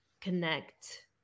connect